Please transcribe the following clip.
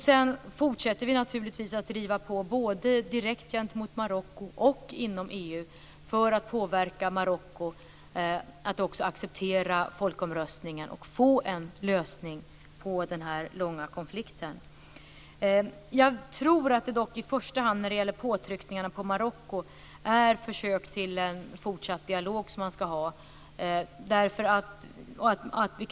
Sedan fortsätter vi naturligtvis att driva på både direkt gentemot Marocko och inom EU för att påverka Marocko att acceptera folkomröstningen och få en lösning på den här långvariga konflikten. Jag tror dock att när det gäller påtryckningarna på Marocko ska man i första hand försöka få till stånd en fortsatt dialog.